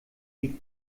wie